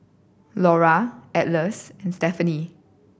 Laura Atlas and Stephany